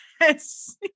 yes